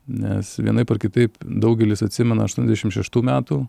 nes vienaip ar kitaip daugelis atsimena aštuoniasdešim šeštų metų